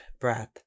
breath